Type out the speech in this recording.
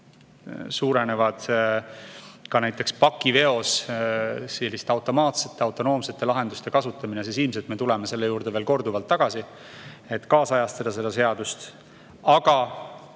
suureneb ka näiteks pakiveos automaatsete, autonoomsete lahenduste kasutamine, ja siis me ilmselt tuleme selle juurde veel korduvalt tagasi, et kaasajastada seda seadust. Aga